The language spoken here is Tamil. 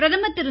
பிரதமர் திரு